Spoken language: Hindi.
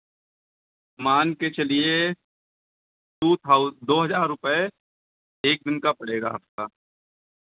मान के चलिए टू थाउ दो हज़ार रुपये एक दिन का पड़ेगा आपका